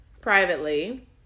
privately